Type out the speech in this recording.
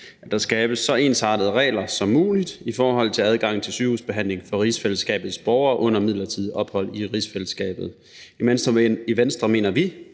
at der skabes så ensartede regler som muligt i forhold til adgang til sygehusbehandling for rigsfællesskabets borgere under midlertidigt ophold i rigsfællesskabet. I Venstre mener vi,